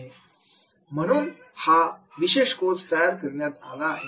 आहे म्हणून हा विशेष कोर्स तयार करण्यात आला आहे